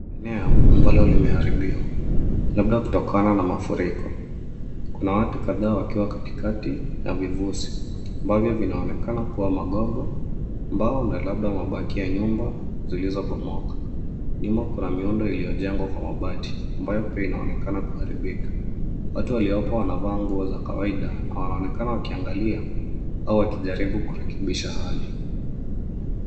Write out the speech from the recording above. Eneo ambalo limeharibiwa labda kutokana na mafuriko. Kuna watu kadhaa wakiwa katikati na vivusi ambavyo vinaonekana kuwa magogo ambao na labda mabaki ya zilizobomoka. Nyumba kuna miundo iliyojengwa kwa mabati ambayo pia inaonekana kuharibika. Watu waliopo wanavaa nguo za kawaida na wanaonekana wakiangalia au wakijaribu kurekebisha hali.